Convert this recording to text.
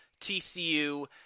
TCU